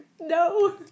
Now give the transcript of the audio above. no